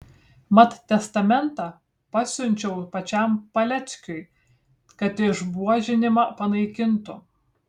mat testamentą pasiunčiau pačiam paleckiui kad išbuožinimą panaikintų